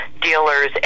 dealers